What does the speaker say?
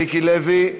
מיקי לוי,